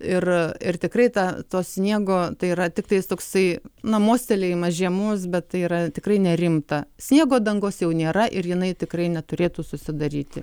ir ir tikrai ta to sniego tai yra tiktais toksai na mostelėjimas žiemos bet tai yra tikrai nerimta sniego dangos jau nėra ir jinai tikrai neturėtų susidaryti